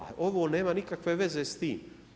A ovo nema nikakve veze s tim.